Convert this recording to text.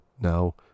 Now